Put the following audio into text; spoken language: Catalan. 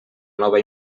nova